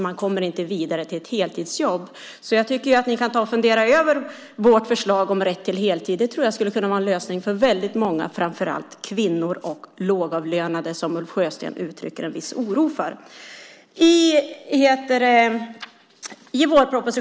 Man kommer inte vidare till ett heltidsjobb. Jag tycker alltså att ni ska fundera över vårt förslag om rätt till heltid. Det tror jag skulle kunna vara en lösning för väldigt många, framför allt för kvinnor och de lågavlönade som Ulf Sjösten uttrycker en viss oro för.